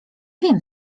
wiem